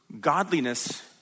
godliness